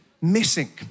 missing